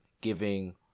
giving